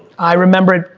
i remember it,